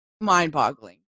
mind-boggling